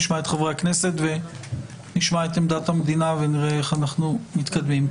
נשמע את חברי הכנסת ונשמע את עמדת המדינה ונראה איך אנחנו מתקדמים.